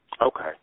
Okay